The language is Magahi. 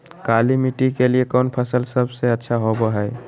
काली मिट्टी के लिए कौन फसल सब से अच्छा होबो हाय?